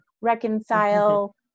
reconcile